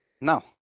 now